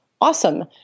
awesome